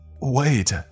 Wait